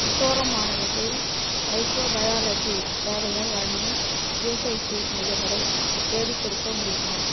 மிசோரம் மாநிலத்தில் மைக்ரோபயாலஜி சேவைகள் வழங்கும் இஎஸ்ஐசி மையங்களை தேடிக்கொடுக்க முடியுமா